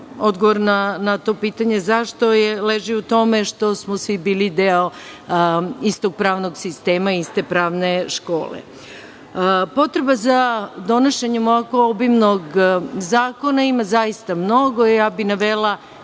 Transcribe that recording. odgovor na to pitanje zašto je, leži u tome što smo svi bili deo istog pravnog sistema, iste pravne škole. Potreba za donošenjem ovako obimnog zakona ima zaista mnogo. Navela